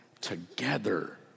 together